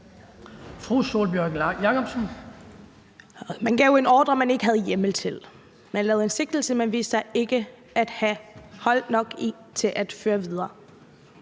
Man gav en ordre, man ikke havde hjemmel til. Man lavede en sigtelse, som det viste sig der ikke var hold nok i til at føre videre.